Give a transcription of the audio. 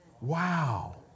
Wow